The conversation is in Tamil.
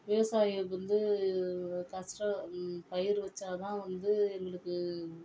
விவசாயி வந்து கஷ்டம் பயிர் வச்சாதான் வந்து எங்களுக்கு